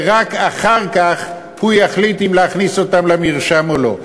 ורק אחר כך הוא יחליט אם להכניס אותם למרשם או לא.